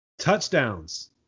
Touchdowns